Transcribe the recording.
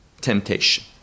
temptation